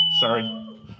Sorry